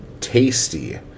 tasty